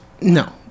no